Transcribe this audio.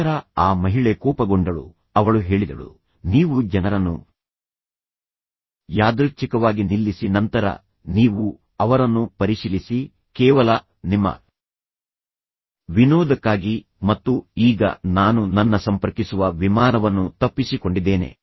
ನಂತರ ಆ ಮಹಿಳೆ ಕೋಪಗೊಂಡಳು ಅವಳು ಹೇಳಿದಳು ನೀವು ಜನರನ್ನು ಯಾದೃಚ್ಛಿಕವಾಗಿ ನಿಲ್ಲಿಸಿ ನಂತರ ನೀವು ಅವರನ್ನು ಪರಿಶೀಲಿಸಿ ಕೇವಲ ನಿಮ್ಮ ವಿನೋದಕ್ಕಾಗಿ ಮತ್ತು ಈಗ ನಾನು ನನ್ನ ಸಂಪರ್ಕಿಸುವ ವಿಮಾನವನ್ನು ತಪ್ಪಿಸಿಕೊಂಡಿದ್ದೇನೆ